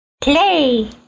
play